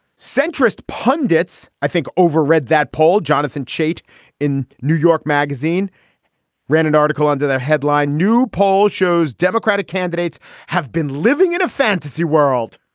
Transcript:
centrist pundits i think overread that poll. jonathan chait in new york magazine ran an article under their headline new poll shows democratic candidates have been living in a fantasy world